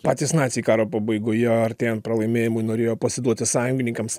patys naciai karo pabaigoje artėjant pralaimėjimui norėjo pasiduoti sąjungininkams